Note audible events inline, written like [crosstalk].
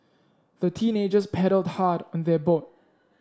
the teenagers paddled [unintelligible] on their boat